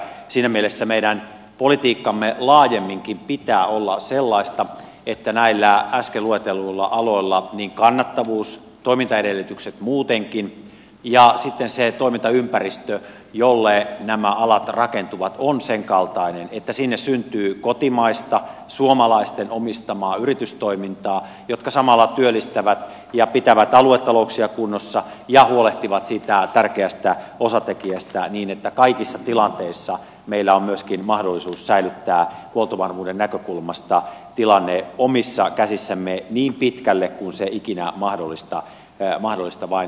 siinä mielessä meidän politiikkamme laajemminkin pitää olla sellaista että näillä äsken luetelluilla aloilla kannattavuus toimintaedellytykset muutenkin ja sitten se toimintaympäristö jolle nämä alat rakentuvat on senkaltainen että sinne syntyy kotimaista suomalaisten omistamaa yritystoimintaa joka samalla työllistää ja pitää aluetalouksia kunnossa ja huolehtii siitä tärkeästä osatekijästä niin että kaikissa tilanteissa meillä on myöskin mahdollisuus säilyttää huoltovarmuuden näkökulmasta tilanne omissa käsissämme niin pitkälle kuin se ikinä mahdollista vain suinkin on